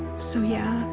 so, yeah,